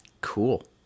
Cool